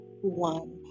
one